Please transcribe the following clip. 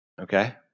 okay